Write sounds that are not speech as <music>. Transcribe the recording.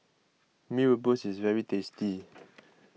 Mee Rebus is very tasty <noise>